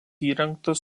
įrengtas